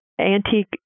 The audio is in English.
antique